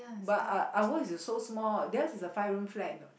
but uh ours is so small theirs is a five room flat you know